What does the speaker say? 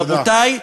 רבותי,